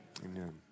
Amen